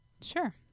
Sure